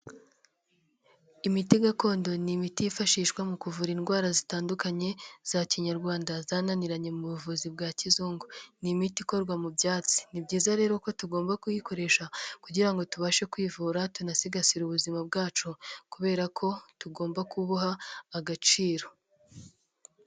Imiti gakondo ni imiti yifashishwa mu kuvura indwara zitandukanye za Kinyarwanda zananiranye mu buvuzi bwa kizungu, ni imiti ikorwa mu byatsi, ni byiza rero ko tugomba kuyikoresha kugira ngo tubashe kwivura, tunasigasirare ubuzima bwacu kubera ko tugomba kubuha agaciro.